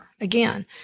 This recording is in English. Again